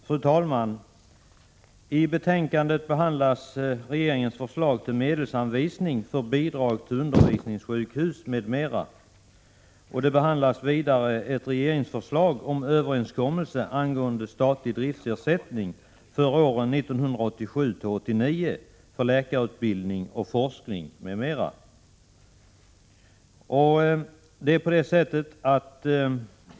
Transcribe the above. Fru talman! I detta betänkande behandlas regeringens förslag till medels 41 anvisning för bidrag till undervisningssjukhus m.m., och vidare ett regeringsförslag om överenskommelse angående statlig driftsersättning för åren 1987—1989 för läkarutbildning och forskning m.m.